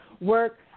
work